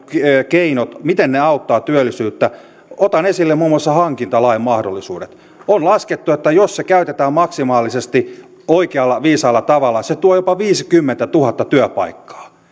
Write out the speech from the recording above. keinot auttavat työllisyyttä otan esille muun muassa hankintalain mahdollisuudet on laskettu että jos se käytetään maksimaalisesti oikealla viisaalla tavalla se tuo jopa viisikymmentätuhatta työpaikkaa